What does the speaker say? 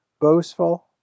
boastful